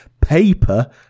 paper